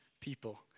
people